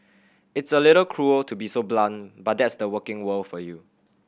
it's a little cruel to be so blunt but that's the working world for you